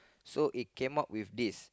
so it came out with this